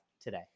today